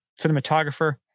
cinematographer